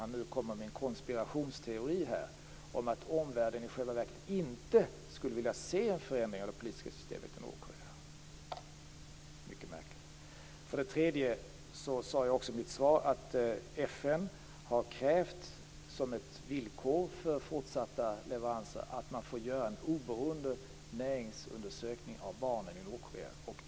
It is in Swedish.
Han kommer nu med en konspirationsteori om att omvärlden i själva verket inte skulle vilja se en förändring av det politiska systemet i Nordkorea. Det är mycket märkligt. För det tredje: Som jag sade i mitt svar har FN som ett villkor för fortsatta leveranser krävt att få göra en oberoende näringsundersökning av barnen i Nordkorea.